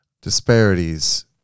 Disparities